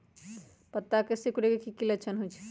पत्ता के सिकुड़े के की लक्षण होइ छइ?